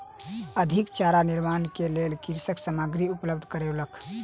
अधिक चारा निर्माणक लेल कृषक सामग्री उपलब्ध करौलक